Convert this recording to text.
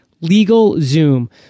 LegalZoom